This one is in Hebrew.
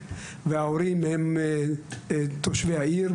וההורים הם תושבי העיר,